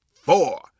four